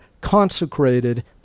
consecrated